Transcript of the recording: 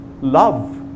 love